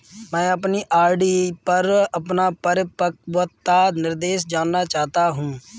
मैं अपनी आर.डी पर अपना परिपक्वता निर्देश जानना चाहता हूँ